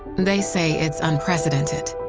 they say it's unprecedented.